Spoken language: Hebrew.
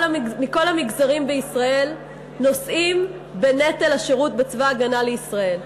המגזרים בישראל נושאים בנטל השירות בצבא הגנה לישראל.